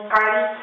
Party